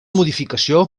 modificació